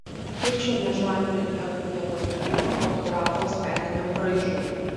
kiek šiame žanre lieka vietos kūrybai fotografo asmeniniam braižui